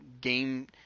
game